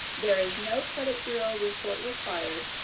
there is no credit bureau report required,